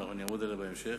ואני אעמוד עליה בהמשך,